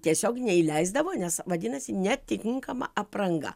tiesiog neįleisdavo nes vadinasi neatitinkama apranga